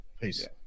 Peace